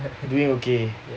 doing okay